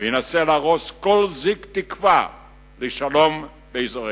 וינסה להרוס כל זיק תקווה לשלום באזורנו.